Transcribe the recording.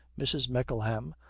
mrs. mickleham.